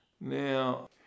now